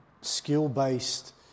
skill-based